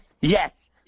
yes